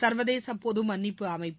சா்வதேச பொது மன்னிப்பு அமைப்பு